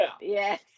Yes